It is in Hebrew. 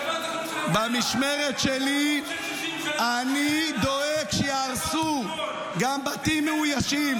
במשמרת שלי אני דואג שיהרסו גם בתים מאוישים,